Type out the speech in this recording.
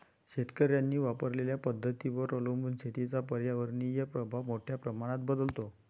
शेतकऱ्यांनी वापरलेल्या पद्धतींवर अवलंबून शेतीचा पर्यावरणीय प्रभाव मोठ्या प्रमाणात बदलतो